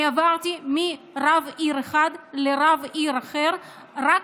אני עברתי מרב עיר אחד לרב עיר אחר רק